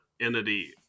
entity